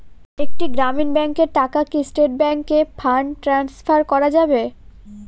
একটি গ্রামীণ ব্যাংকের টাকা কি স্টেট ব্যাংকে ফান্ড ট্রান্সফার করা যাবে?